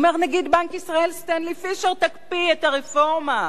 נגיד בנק ישראל סטנלי פישר: תקפיא את הרפורמה,